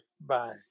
Bye